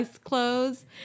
clothes